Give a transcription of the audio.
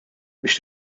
biex